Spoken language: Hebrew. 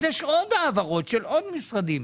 אז יש עוד העברות של עוד משרדים.